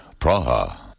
Praha